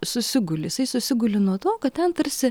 susiguli jisai susiguli nuo to kad ten tarsi